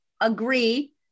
agree